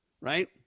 Right